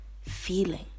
feeling